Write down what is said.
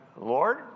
Lord